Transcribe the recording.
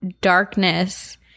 darkness